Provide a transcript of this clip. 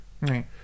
Right